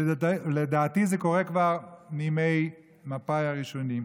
לדעתי זה קרה כבר מימי מפא"י הראשונים.